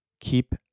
Keep